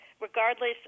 regardless